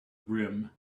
brim